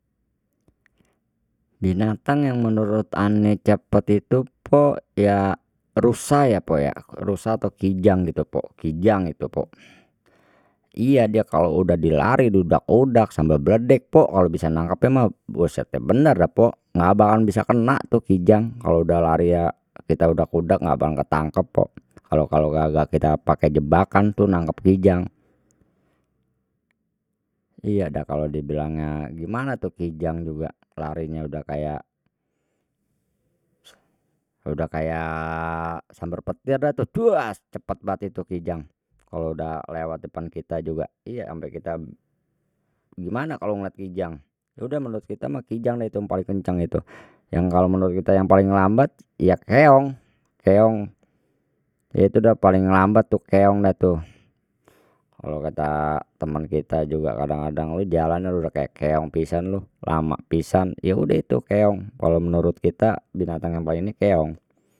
Binatang yang menurut ane cepet itu pok ya rusa ya pok ya rusa atau kijang itu pok kijang itu pok, iya dia kalau udah dia lari diudag udag samber bledek pok klo bisa nangkepnye mah buset deh bener dah pok, nggak bakalan bis kena tu kijang kalau udah lari ya kita udag udag ga bakalan ketangkep pok, klo kagak kita pake jebakan tuh nangkep kijang, iya dah kalau dibilangnya gimana tuh kijang juga larinya udah kayak, udah kayak samber petir dah tuh cepet banget itu kijang kalau dah lewat depan kita juga iya ampe kita gimana kalau ngelihat kijang udah menurut kita mah kijang deh tu yang paling kenceng deh tu, yang kalau menurut kita yang paling lambat ya keong, keong itu dah paling lambat tu keong dah tu, kalau kata temen kita kadang kadang lu jalannya lu dah kayak keong pisan lu lama pisan ye ude itu keong kalau menurut kita binatang yang paling ini keong.